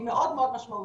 היא מאוד מאוד משמעותית.